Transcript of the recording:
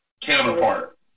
counterpart